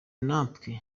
natwe